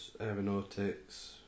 Aeronautics